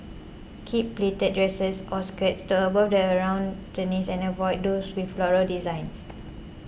keep pleated dresses or skirts to above the around your knees and avoid those with floral designs